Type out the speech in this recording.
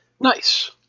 Nice